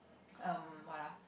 um what ah